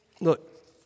look